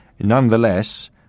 Nonetheless